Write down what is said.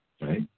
right